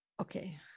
okay